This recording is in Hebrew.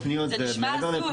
זה נשמע הזוי.